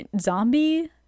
zombie